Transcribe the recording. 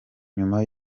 nyuma